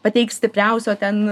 pateiks stipriausio ten